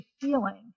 feeling